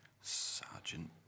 Sergeant